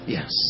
Yes